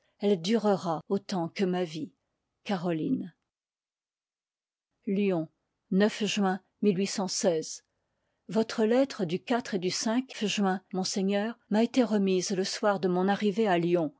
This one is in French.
elle durera autant que ma vie caroline part lyon juin ii w votre lettre du et du juin monseigneur m'a été remise le soir de mon arrivée à lyon